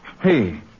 Hey